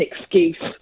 excuse